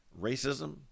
racism